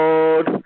Lord